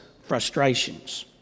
frustrations